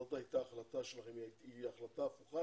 זאת הייתה ההחלטה שלכם, היא הייתה החלטה הפוכה